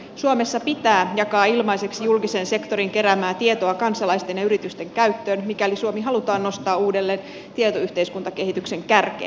suomessa pitää jakaa ilmaiseksi julkisen sektorin keräämää tietoa kansalaisten ja yritysten käyttöön mikäli suomi halutaan nostaa uudelleen tietoyhteiskuntakehityksen kärkeen